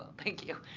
ah thank you.